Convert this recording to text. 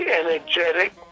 energetic